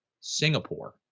Singapore